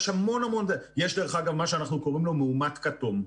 יש, דרך אגב, מה שאנחנו קוראים לו מאומת כתום.